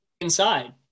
inside